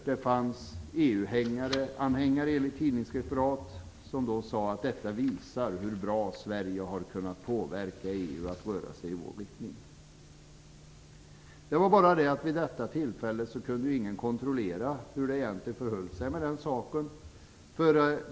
Det fanns EU-anhängare som, enligt tidningsreferat, sade att detta visar hur bra Sverige har kunnat påverka EU att röra sig i vår riktning. Det var bara det att vid detta tillfälle kunde ingen kontrollera hur det egentligen förhöll sig med saken.